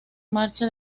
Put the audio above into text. marcha